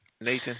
Nathan